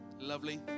Lovely